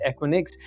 Equinix